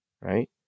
right